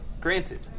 granted